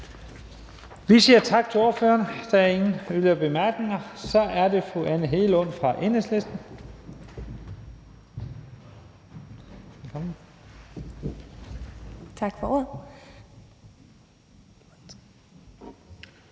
Vi siger tak til ordføreren. Der er ingen yderligere korte bemærkninger. Så er det fru Anne Hegelund fra Enhedslisten. Kl.